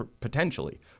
potentially